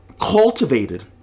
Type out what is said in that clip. cultivated